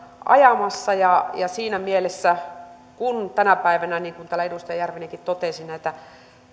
ajamassa siinä mielessä kun tänä päivänä niin kuin täällä edustaja järvinenkin totesi näitä